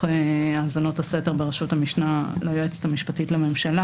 האזנות הסתר בראשות המשנה ליועצת המשפטית לממשלה.